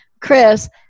chris